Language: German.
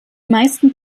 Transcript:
meisten